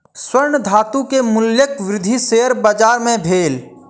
स्वर्ण धातु के मूल्यक वृद्धि शेयर बाजार मे भेल